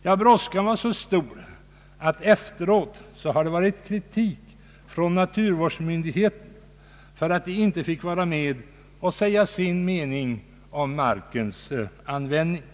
Ja, brådskan var så stor att det efteråt varit kritik från naturvårdsmyndigheterna för att de inte fick vara med och säga sin mening om markens användning.